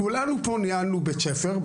כולנו פה ניהלנו בית ספר,